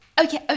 Okay